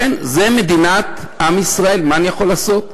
כן, זו מדינת עם ישראל, מה אני יכול לעשות?